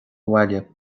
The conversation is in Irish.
bhaile